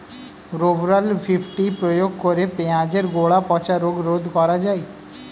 Rovral fifty প্রয়োগ করে পেঁয়াজের গোড়া পচা রোগ রোধ করা যায়?